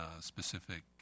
specific